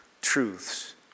truths